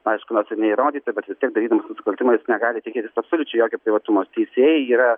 aišku nors ir neįrodyta bet vis tiek darydamas nusikaltimą jis negali tikėtis absoliučiai jokio privatumo teisėjai yra